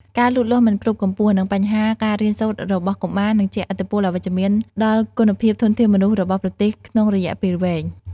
ការលូតលាស់មិនគ្រប់កម្ពស់ និងបញ្ហាការរៀនសូត្ររបស់កុមារនឹងជះឥទ្ធិពលអវិជ្ជមានដល់គុណភាពធនធានមនុស្សរបស់ប្រទេសក្នុងរយៈពេលវែង។